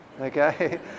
Okay